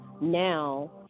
now